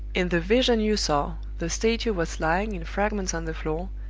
in the vision you saw, the statue was lying in fragments on the floor,